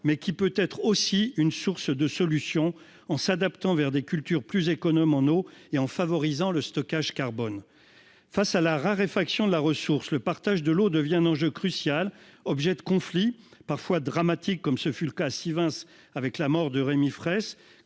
elle peut être aussi source de solution en s'adaptant à des cultures plus économes en eau et en favorisant le stockage carbone. Face à la raréfaction de la ressource, le partage de l'eau devient un enjeu crucial, objet de conflits, parfois dramatiques comme à Sivens avec la mort de Rémi Fraisse.